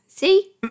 see